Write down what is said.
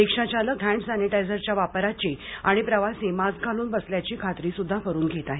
रिक्षाचालक हॅण्ड सॅनिटायझरच्या वापराची आणि प्रवासी मास्क घालून बसल्याची खात्रीसुद्धा करून घेत आहेत